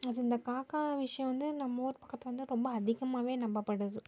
அது இந்த காக்கா விஷியம் வந்து நம்ம ஊர் பக்கத்தில் வந்து ரொம்ப அதிகமாகவே நம்பப்படுது